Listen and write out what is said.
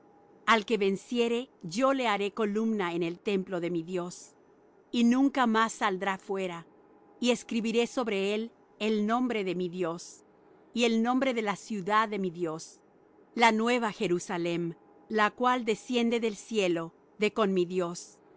al que venciere yo lo haré columna en el templo de mi dios y nunca más saldrá fuera y escribiré sobre él el nombre de mi dios y el nombre de la ciudad de mi dios la nueva jerusalem la cual desciende del cielo de con mi dios